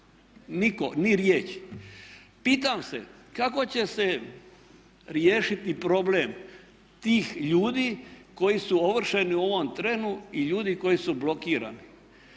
nitko ni riječi. Pitam se kako će se riješiti problem tih ljudi koji su ovršeni u ovom trenu i ljudi koji su blokirani.